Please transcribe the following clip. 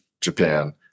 Japan